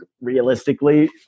realistically